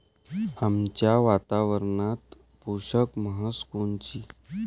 आमच्या वातावरनात पोषक म्हस कोनची?